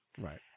right